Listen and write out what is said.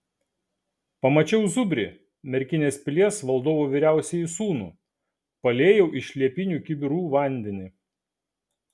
pamačiau zubrį merkinės pilies valdovo vyriausiąjį sūnų paliejau iš liepinių kibirų vandenį